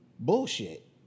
Bullshit